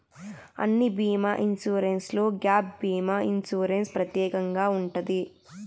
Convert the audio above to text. అన్ని బీమా ఇన్సూరెన్స్లో గ్యాప్ భీమా ఇన్సూరెన్స్ ప్రత్యేకంగా ఉంటది